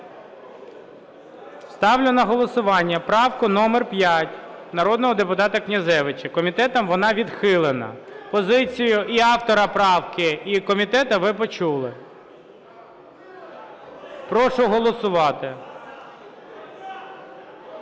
Ставлю на голосування правку номер 5 народного депутата Князевича. Комітетом вона відхилена. Позицію і автора правки, і комітету ви почули. Прошу голосувати.